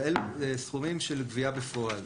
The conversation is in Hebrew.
אבל אלו סכומים של גבייה בפועל.